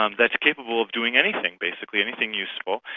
um that's capable of doing anything basically, anything useful,